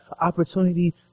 opportunity